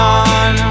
on